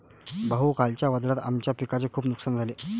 भाऊ, कालच्या वादळात आमच्या पिकाचे खूप नुकसान झाले